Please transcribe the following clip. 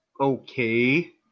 okay